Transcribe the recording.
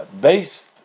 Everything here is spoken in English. Based